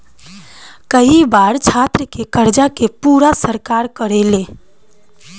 कई बार छात्र के कर्जा के पूरा सरकार करेले